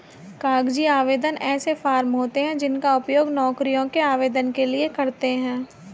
कागजी आवेदन ऐसे फॉर्म होते हैं जिनका उपयोग नौकरियों के आवेदन के लिए करते हैं